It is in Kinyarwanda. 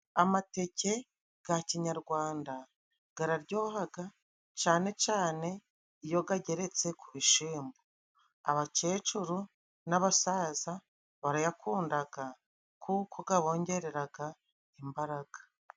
Amateke ga kinyarwanda gararyohaga, cane cane iyo gageretse ku bishimbo. Abakecuru n'abasaza barayakundaga kuko gabongereraga imbaraga.